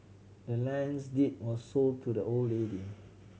the land's deed was sold to the old lady